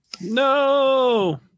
No